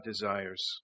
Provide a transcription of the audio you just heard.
desires